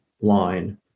line